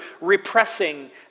repressing